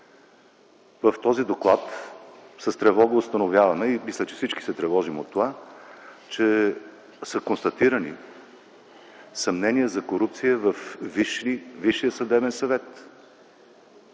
В този доклад с тревога установяваме и, мисля, че всички се тревожим от това, че са констатирани съмнения за корупция във Висшия съдебен съвет.